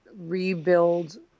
rebuild